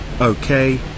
Okay